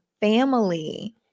family